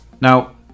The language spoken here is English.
now